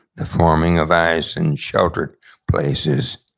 the forming of ice in sheltered places,